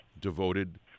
devoted